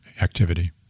activity